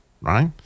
right